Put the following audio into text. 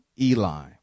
Eli